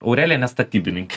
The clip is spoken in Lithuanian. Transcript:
aurelija ne statybininkė